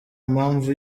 mpamvu